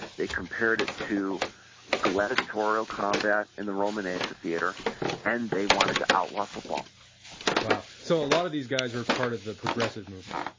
they compared it to gladiatorial combat in the roman amphitheatre and they wanted to outlaw football wow! so a lot of these guys were part of the progressive movement,